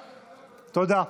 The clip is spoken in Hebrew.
תודה.